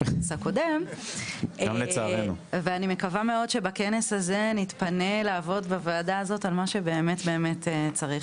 ואני מקווה מאוד שבכנס הזה נתפנה לעבוד בוועדה הזאת על מה שבאמת צריך,